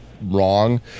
wrong